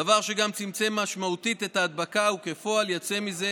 דבר שגם צמצם משמעותית את ההדבקה, וכפועל יוצא מכך